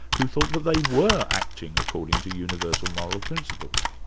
who thought that they were acting according to universal moral principles.